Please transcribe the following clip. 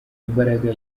imbaraga